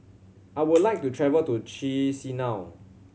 I would like to travel to Chisinau